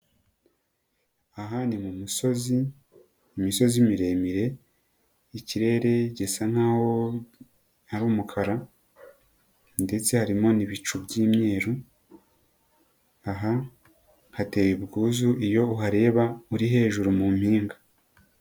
Aha ni mu misozi, imisozi miremire ikirere gisa nkaho ari umukara ndetse harimo n'ibicu by'imyeru aha hateye ubwuzu iyo uhareba uri hejuru mu mpinga.